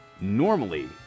Normally